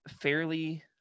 fairly